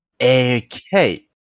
Okay